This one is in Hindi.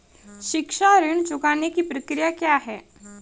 शिक्षा ऋण चुकाने की प्रक्रिया क्या है?